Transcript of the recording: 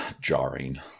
jarring